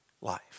life